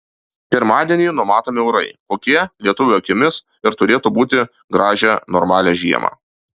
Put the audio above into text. pirmadienį numatomi orai kokie lietuvio akimis ir turėtų būti gražią normalią žiemą